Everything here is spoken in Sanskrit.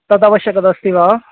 तदावश्यकता अस्ति वा